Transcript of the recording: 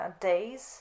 days